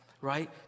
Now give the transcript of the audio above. right